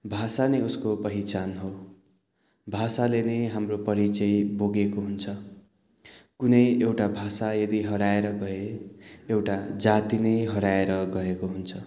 भाषा नै उसको पहिचान हो भाषाले नै हाम्रो परिचय पुगेको हुन्छ कुनै एउटा भाषा यदि हराएर गए एउटा जाति नै हराएर गएको हुन्छ